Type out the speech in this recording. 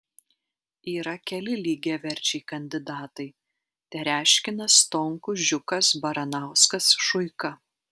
yra keli lygiaverčiai kandidatai tereškinas stonkus žiukas baranauskas šuika